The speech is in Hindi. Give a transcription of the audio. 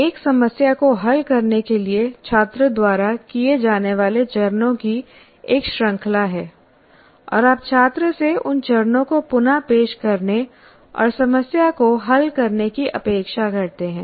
एक समस्या को हल करने के लिए छात्र द्वारा किए जाने वाले चरणों की एक श्रृंखला है और आप छात्र से उन चरणों को पुन पेश करने और समस्या को हल करने की अपेक्षा करते हैं